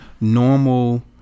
normal